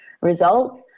results